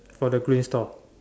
for the green store